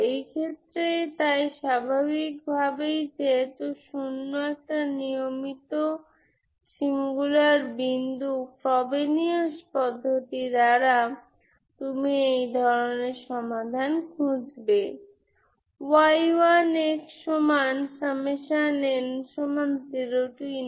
এখন স্পষ্টভাবেyayb এখানে যদি আপনি এই সাধারণ সমাধানের জন্য আবেদন করেন এটি আমাকে 0 0 দেবে